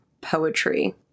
poetry